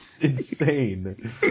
insane